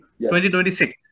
2026